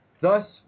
Thus